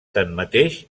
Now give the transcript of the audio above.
tanmateix